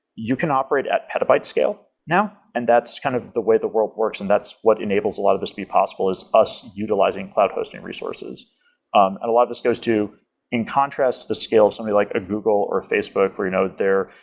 you can operate at petabyte scale now, and that's kind of the way the world works and that's what enables a lot of these be possible is us utilizing cloud hosting resources um a lot of these goes to in contrast the scales of something like a google or facebook we note there.